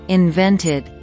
invented